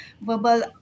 verbal